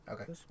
Okay